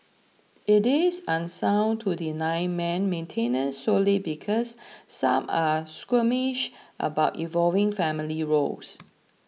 it is unsound to deny men maintenance solely because some are squeamish about evolving family roles